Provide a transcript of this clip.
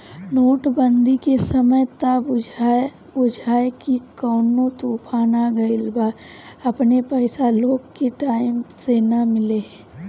note बंदी के समय त बुझाए की कवनो तूफान आ गईल बा अपने पईसा लोग के टाइम से ना मिले